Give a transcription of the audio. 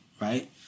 right